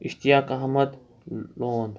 Ishtiaq Ahmad لون